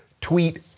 tweet